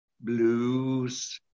blues